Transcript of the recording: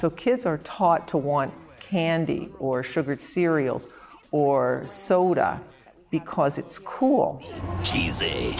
so kids are taught to want candy or sugared cereals or soda because it's cool cheesy